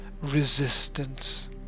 Resistance